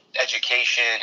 education